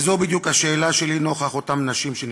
וזו בדיוק השאלה שלי נוכח אותן נשים שנרצחו,